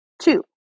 Two